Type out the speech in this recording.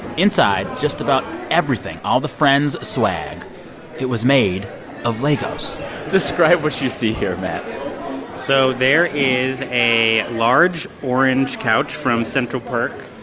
inside, just about everything all the friends swag it was made of legos describe what you see here, matt so there is a large, orange couch from central perk.